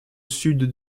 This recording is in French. sud